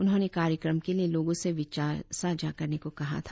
उन्होंने कार्यक्रम के लिए लोगों से विचार साझा करने को कहा था